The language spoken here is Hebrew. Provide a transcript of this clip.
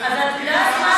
אם נסכים,